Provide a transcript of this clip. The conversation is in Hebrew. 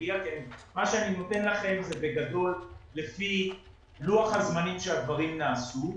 מה שאני נותן לכם זה בגדול לפי לוח הזמנים שהדברים נעשו.